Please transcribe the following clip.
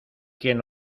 quien